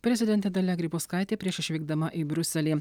prezidentė dalia grybauskaitė prieš išvykdama į briuselį